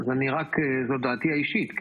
אני קובע כי הצעת החוק אושרה בקריאה השנייה.